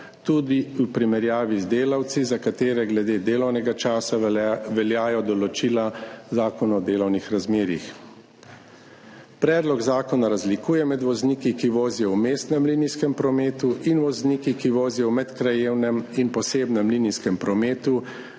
tudi v primerjavi z delavci, za katere glede delovnega časa veljajo določila Zakona o delovnih razmerjih. Predlog zakona razlikuje med vozniki, ki vozijo v mestnem linijskem prometu, in vozniki, ki vozijo v medkrajevnem in posebnem linijskem prometu,